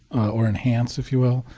or enhance, if you will.